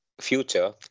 future